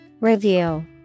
Review